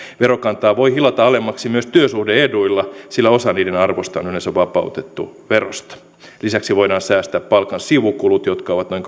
verokantaa voi hilata alemmaksi myös työsuhde eduilla sillä osa niiden arvosta on yleensä vapautettu verosta lisäksi voidaan säästää palkan sivukulut jotka ovat noin